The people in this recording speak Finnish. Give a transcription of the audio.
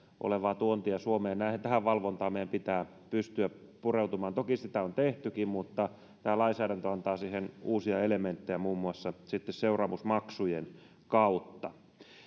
tapahtuvaa tuontia suomeen ja tähän valvontaan meidän pitää pystyä pureutumaan toki sitä on tehtykin mutta tämä lainsäädäntö antaa siihen uusia elementtejä muun muassa sitten seuraamusmaksujen kautta